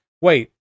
Wait